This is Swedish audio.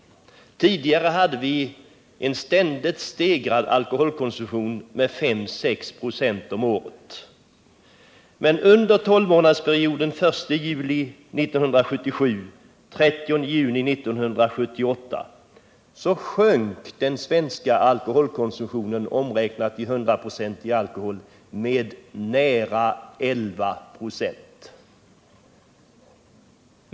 Tidigare hade vi en alkoholkonsumtion som ökade med 5 å 6 26 om året, men under tolvmånadersperioden 1 juli 1977-30 juni 1978 sjönk den svenska alkoholkonsumtionen, omräknat i 100 procentig alkohol, med nära 11 2,.